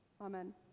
Amen